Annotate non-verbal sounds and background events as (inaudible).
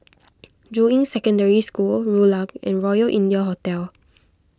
(noise) Juying Secondary School Rulang and Royal India Hotel